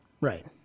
Right